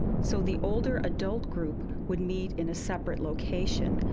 so the older adult group would meet in a separate location,